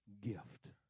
gift